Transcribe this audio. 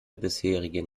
bisherigen